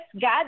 God